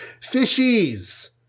fishies